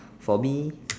for me